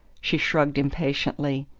she shrugged impatiently.